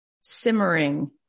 simmering